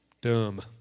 Dumb